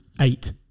Eight